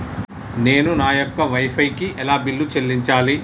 నేను నా యొక్క వై ఫై కి ఎలా బిల్లు చెల్లించాలి?